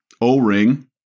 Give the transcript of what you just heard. o-ring